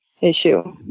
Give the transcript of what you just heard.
issue